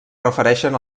refereixen